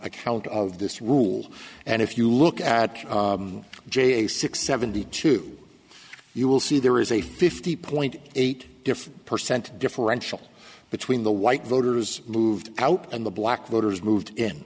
account of this rule and if you look at j a six seventy two you will see there is a fifty point eight different percent differential between the white voters moved out and the black voters moved